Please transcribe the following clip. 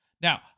Now